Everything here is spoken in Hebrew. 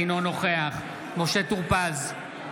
אינו נוכח משה טור פז,